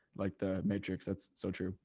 like the matrix that's so true.